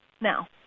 Now